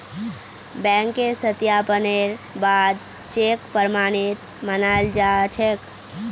बैंकेर सत्यापनेर बा द चेक प्रमाणित मानाल जा छेक